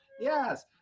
Yes